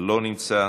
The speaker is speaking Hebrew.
לא נמצא,